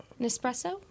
Nespresso